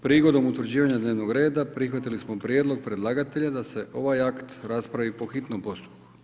Prigodom utvrđivanja dnevnog reda prihvatili smo prijedlog predlagatelja da se ovaj akt raspravi po hitnom postupku.